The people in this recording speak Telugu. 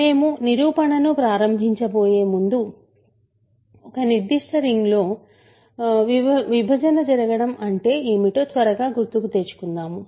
మేము నిరూపణనును ప్రారంభించే ముందు ఒక నిర్దిష్ట రింగ్లో విభజన జరగడం అంటే ఏమిటో త్వరగా గుర్తుకు తెచ్చుకుందాము